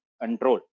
control